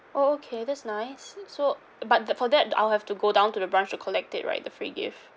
oh okay that's nice so but the for that I'll have to go down to the branch to collect it right the free gift